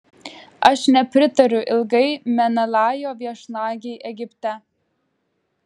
aš nepritariu ilgai menelajo viešnagei egipte